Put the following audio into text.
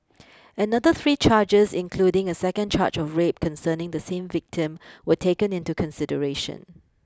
another three charges including a second charge of rape concerning the same victim were taken into consideration